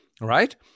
right